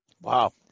Wow